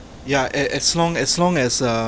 yeah as as as long as long as